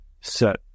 set